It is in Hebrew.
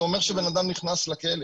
זה אומר שבן אדם נכנס לכלא.